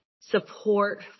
support